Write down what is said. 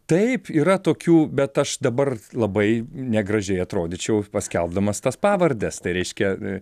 taip yra tokių bet aš dabar labai negražiai atrodyčiau paskelbdamas tas pavardes tai reiškia